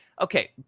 okay